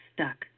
Stuck